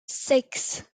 six